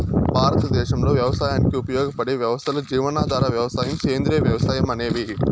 భారతదేశంలో వ్యవసాయానికి ఉపయోగపడే వ్యవస్థలు జీవనాధార వ్యవసాయం, సేంద్రీయ వ్యవసాయం అనేవి